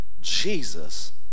Jesus